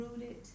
rooted